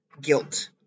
guilt